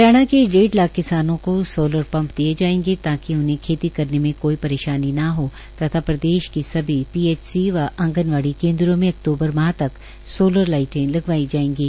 हरियाणा के डेढ़ लाख किसानों को सौलर पम्प दिये जाएंगे ताकि उन्हें खेती करने मे कोई परेशानी ना हो तथा प्रदेश की सभी पीएचसी व आंगनवाड़ी केन्द्रो में अक्तूबर माह तक सौलर लाईटे लगवाई जाएंगी